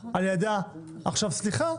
סליחה,